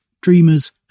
dreamers